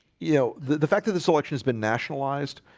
you know the the fact that the selection has been nationalized